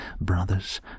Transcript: brothers